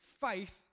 Faith